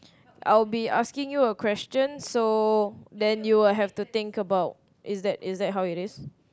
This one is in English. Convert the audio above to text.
I'll be asking you a question so then you will have to think about is that is that how it is